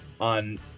on